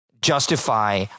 justify